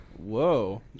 Whoa